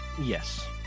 Yes